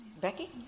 Becky